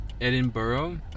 Edinburgh